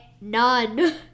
none